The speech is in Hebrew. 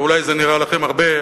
ואולי זה נראה לכם הרבה,